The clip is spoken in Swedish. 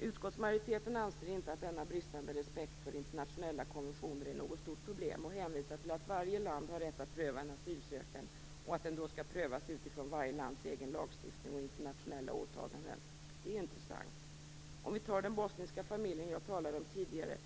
Utskottsmajoriteten anser inte att denna bristande respekt för internationella konventioner är något stort problem och hänvisar till att varje land har rätt att pröva en asylansökan och att den då skall prövas utifrån varje lands egen lagstiftning och internationella åtaganden. Det är intressant. Låt oss se på den bosniska familj som jag talade om tidigare!